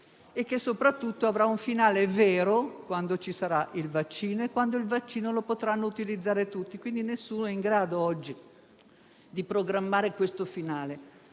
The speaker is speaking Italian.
e che soprattutto sarà quello vero quando ci sarà il vaccino e quando lo potranno utilizzare tutti. Quindi nessuno è in grado, oggi, di programmare questo finale.